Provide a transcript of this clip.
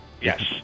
Yes